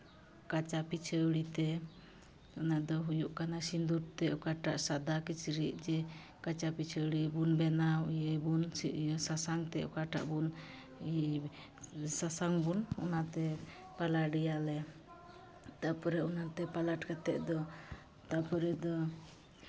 ᱠᱟᱪᱟ ᱯᱤᱪᱟᱹᱣᱲᱤ ᱛᱮ ᱚᱱᱟᱫᱚ ᱦᱩᱭᱩᱜ ᱠᱟᱱᱟ ᱥᱤᱸᱫᱩᱨ ᱛᱮ ᱚᱠᱟᱴᱟᱜ ᱥᱟᱫᱟ ᱠᱤᱪᱨᱤᱡ ᱡᱮ ᱠᱟᱪᱟᱯᱤᱪᱟᱹᱣᱲᱤ ᱵᱚᱱ ᱵᱮᱱᱟᱣ ᱤᱭᱟᱹᱭ ᱵᱚᱱ ᱥᱮ ᱥᱟᱥᱟᱝ ᱛᱮ ᱚᱠᱟᱴᱟᱜ ᱵᱚᱱ ᱥᱟᱥᱟᱝ ᱵᱚᱱ ᱚᱱᱟᱛᱮ ᱯᱟᱞᱟᱴ ᱮᱭᱟᱵᱚᱱ ᱛᱟᱨᱯᱚᱨᱮ ᱚᱱᱟᱛᱮ ᱯᱟᱞᱟᱴ ᱠᱟᱛᱮᱫ ᱫᱚ ᱛᱟᱨᱯᱚᱨᱮ ᱫᱚ